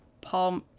paul